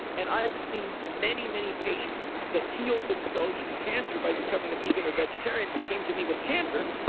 and i have seen many, many patients that healed themselves from cancer by becoming a vegan or vegetarian, but came to me with cancer.